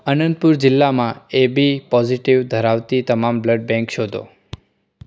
અનંતપુર જિલ્લામાં AB positive ધરાવતી તમામ બ્લડ બેંક શોધો